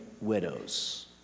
widows